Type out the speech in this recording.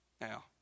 Now